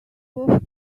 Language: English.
were